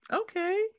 Okay